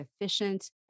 efficient